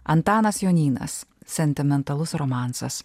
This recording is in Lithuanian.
antanas jonynas sentimentalus romansas